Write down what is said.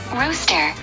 rooster